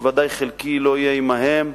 בוודאי חלקי לא יהיה עמהם,